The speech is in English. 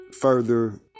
further